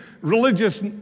religious